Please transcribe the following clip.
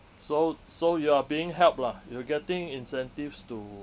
so so you are being helped lah you are getting incentives to